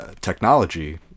technology